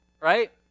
right